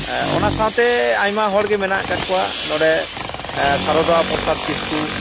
ᱚᱱᱟ ᱥᱟᱶᱛᱮ ᱟᱭᱢᱟ ᱦᱚᱲ ᱜᱮ ᱢᱮᱱᱟᱜ ᱟᱠᱟᱫ ᱠᱚᱣᱟ ᱱᱚᱰᱮ ᱥᱟᱨᱚᱫᱟ ᱯᱨᱚᱥᱟᱫ ᱠᱤᱥᱠᱩ